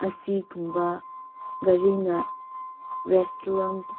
ꯑꯁꯤꯒꯨꯝꯕ ꯒꯥꯔꯤꯅ ꯔꯦꯁꯇꯨꯔꯣꯟ